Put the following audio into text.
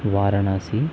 Varanasi